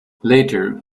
later